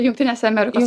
jungtinėse amerikos